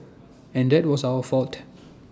and that was our fault